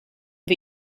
wir